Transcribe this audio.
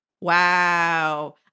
Wow